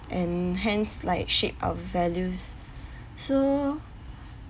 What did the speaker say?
and hence like shape our values so